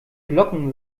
glocken